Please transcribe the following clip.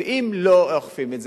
ואם לא אוכפים את זה,